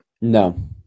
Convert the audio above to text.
No